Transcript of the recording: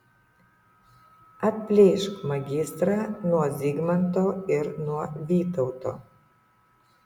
atplėšk magistrą nuo zigmanto ir nuo vytauto